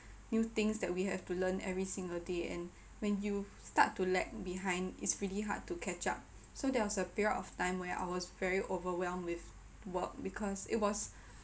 new things that we have to learn every single day and when you start to lag behind it's really hard to catch up so there was a period of time where I was very overwhelmed with work because it was